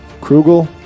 Krugel